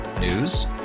News